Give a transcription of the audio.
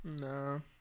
No